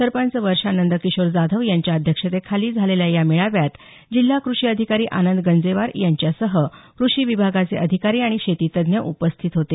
सरपंच वर्षा नंदकिशोर जाधव यांच्या अध्यक्षतेखाली झालेल्या या मेळाव्यात जिल्हा कृषी अधिकारी आनंद गंजेवार यांच्यासह कृषी विभागाचे अधिकारी आणि शेतीतज्ज्ञ उपस्थित होते